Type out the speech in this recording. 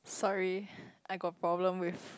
sorry I got problem with